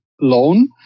loan